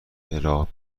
راه